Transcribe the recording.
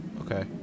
Okay